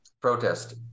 protest